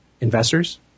investors